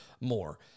more